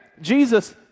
Jesus